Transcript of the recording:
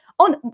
On